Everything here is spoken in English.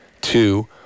Two